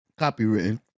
Copywritten